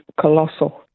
colossal